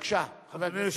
בבקשה, חבר הכנסת מיכאלי.